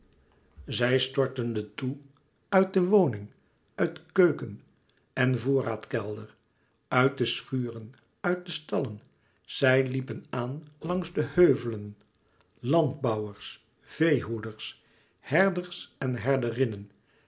zij storteden toe uit de woning uit keuken en voorraadkelder uit de schuren uit de stallen zij liepen aan langs de heuvelen landbouwers veehoeders herders en